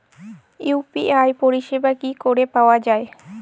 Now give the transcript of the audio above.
UPI পরিষেবা কি করে পাওয়া যাবে?